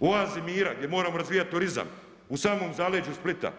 u oazi mira gdje moramo razvijati turizam, u samom zaleđu Splita.